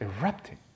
erupting